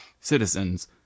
citizens